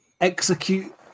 execute